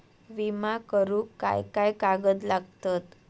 विमा करुक काय काय कागद लागतत?